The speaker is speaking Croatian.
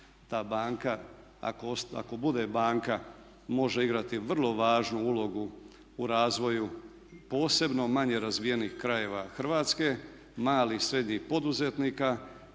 Ta banka ako bude banka može igrati vrlo važnu ulogu u razvoju posebno manje razvijenih krajeva Hrvatske, malih, srednjih poduzetnika.